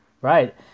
right